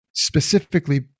specifically